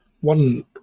One